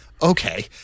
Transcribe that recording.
Okay